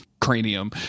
cranium